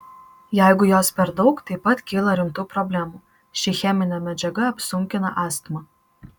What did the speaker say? jeigu jos per daug taip pat kyla rimtų problemų ši cheminė medžiaga apsunkina astmą